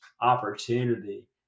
opportunity